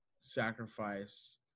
sacrifice